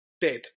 dead